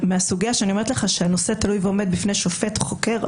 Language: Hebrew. כשאני אומרת לך שהנושא תלוי ועומד בפני שופט חוקר,